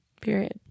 period